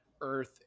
earth